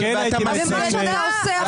נחושה.